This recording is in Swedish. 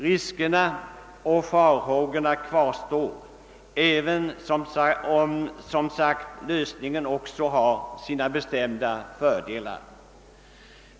Riskerna och farhågorna kvarstår, även om lösningen, som sagt, också har sina bestämda fördelar.